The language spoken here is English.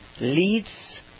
leads